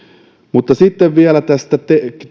mutta sitten vielä